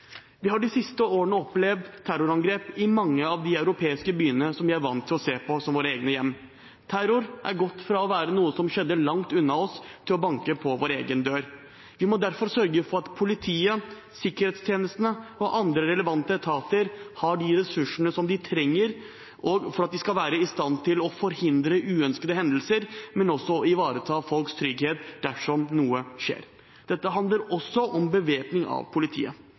Vi har de siste årene opplevd terrorangrep i mange av de europeiske byene som vi er vant til å se på som våre egne hjem. Terror har gått fra å være noe som skjedde langt unna oss, til å banke på vår egen dør. Vi må derfor sørge for at politiet, sikkerhetstjenestene og andre relevante etater har de ressursene de trenger for å være i stand til å forhindre uønskede hendelser, men også å ivareta folks trygghet dersom noe skjer. Dette handler også om bevæpning av politiet. Det kan fra flere av motstanderne av generell bevæpning nesten virke som om politiet